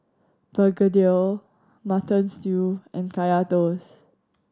begedil Mutton Stew and Kaya Toast